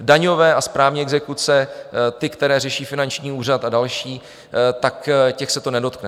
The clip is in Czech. Daňové a správní exekuce, ty, které řeší finanční úřad a další, tak těch se to nedotkne.